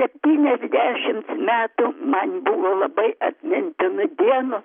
septyniasdešimts metų man buvo labai atmintinu dienu